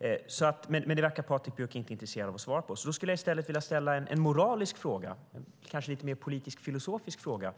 arbeta. Men det verkar Patrik Björck inte intresserad av att svara på. Då vill jag i stället ställa en moralisk fråga, en kanske lite mer politiskt filosofisk fråga.